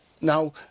Now